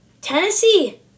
Tennessee